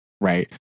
right